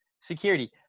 Security